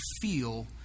feel